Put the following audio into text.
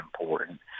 important